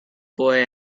boy